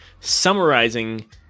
summarizing